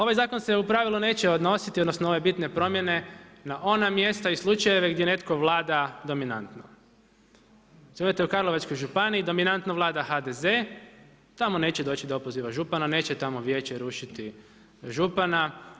Ovaj zakon se u pravilu neće odnositi odnosno ove bitne promjene na ona mjesta i slučajeve gdje netko vlada dominantno. … u Karlovačkoj županiji dominanto vlada HDZ, tamo neće doći do opoziva župana, tamo neće vijeće rušiti župana.